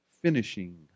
finishing